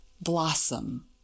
blossom